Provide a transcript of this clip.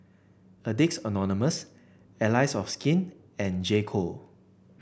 Addicts Anonymous Allies of Skin and J Co